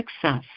success